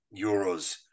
euros